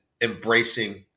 embracing